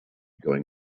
going